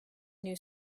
new